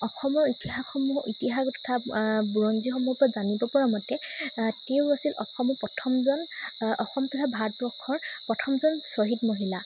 অসমৰ ইতিহাসসমূহ ইতিহাস তথা বুৰঞ্জীসমূহৰ পৰা জানিব পৰা মতে তেওঁ আছিল অসমৰ প্ৰথমজন অসম তথা ভাৰতবৰ্ষৰ প্ৰথমজন স্বহীদ মহিলা